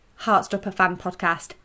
HeartstopperFanPodcast